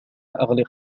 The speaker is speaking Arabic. أغلق